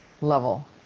level